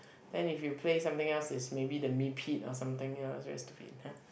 then if you play something else is maybe the meepit or something else very stupid